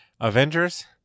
Avengers